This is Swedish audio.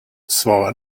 svara